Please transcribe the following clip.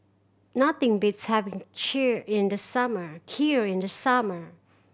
nothing beats having in the summer Kheer in the summer